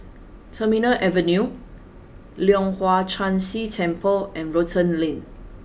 Terminal Avenue Leong Hwa Chan Si Temple and Rotan Lane